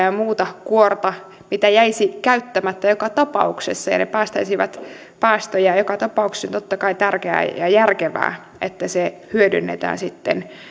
ja muuta kuorta mitä jäisi käyttämättä joka tapauksessa ja ne päästäisivät päästöjä joka tapauksessa on totta kai tärkeää ja järkevää että se hyödynnetään sitten